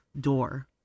door